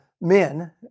men